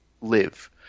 live